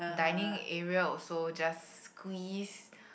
dining area also just squeeze